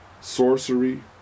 sorcery